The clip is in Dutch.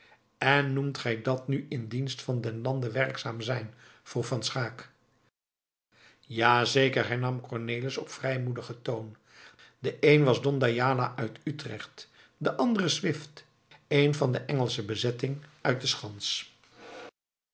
en noemt gij dat nu in dienst van den lande werkzaam zijn vroeg van schaeck ja zeker hernam cornelis op vrijmoedigen toon de een was don d'ayala uit utrecht en de andere swift een van de engelsche bezetting uit de schans